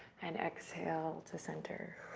and exhale to center.